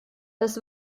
das